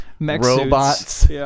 robots